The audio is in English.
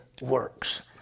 works